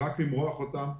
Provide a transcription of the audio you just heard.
רק כדי למרוח אותם.